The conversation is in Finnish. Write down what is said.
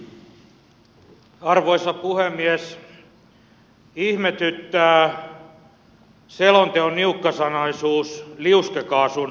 ihmetyttää selonteon niukkasanaisuus liuskekaasun osalta